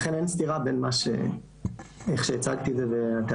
לכן אין סתירה בין איך שהצגתי את זה והטענות,